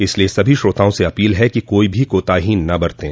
इसलिए सभी श्रोताओं से अपील है कि कोई भी कोताही न बरतें